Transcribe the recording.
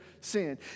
sin